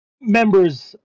members